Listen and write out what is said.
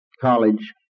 college